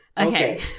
Okay